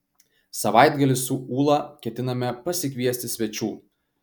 savaitgalį su ūla ketiname pasikviesti svečių